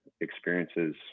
experiences